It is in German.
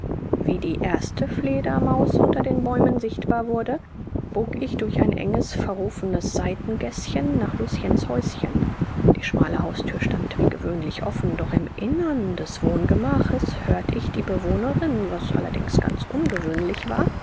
wie die erste fledermaus unter den bäumen sichtbar wurde bog ich durch ein enges verrufenes seitengäßchen nach luciens häuschen die schmale hausthür stand wie gewöhnlich offen doch im innern des wohngemaches hört ich die bewohnerin was allerdings ganz ungewöhnlich war